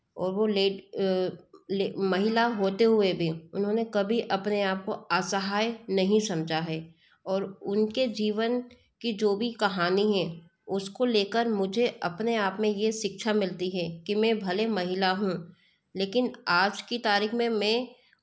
और वह एक महिला होते हुए भी उन्होंने कभी अपने आप को असहाय नहीं समझा है और उनके जीवन की जो भी कहानी है उसको लेकर मुझे अपने आप में यह शिक्षा मिलती है कि मैं भले महिला हूँ लेकिन आज की तारीख में मैं